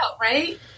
right